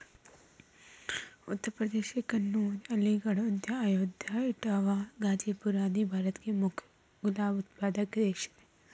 उत्तर प्रदेश के कन्नोज, अलीगढ़, अयोध्या, इटावा, गाजीपुर आदि भारत के मुख्य गुलाब उत्पादक क्षेत्र हैं